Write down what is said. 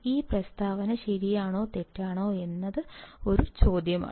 ഈ പ്രസ്താവന ശരിയാണോ തെറ്റാണോ എന്നത് ഒരു ചോദ്യമാണ്